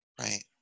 Right